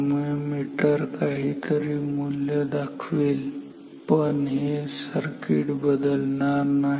त्यामुळे मीटर काहीतरी मूल्य दाखवेल पण हे सर्किट बदलणार नाही